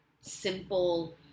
simple